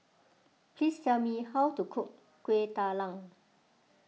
please tell me how to cook Kueh Talam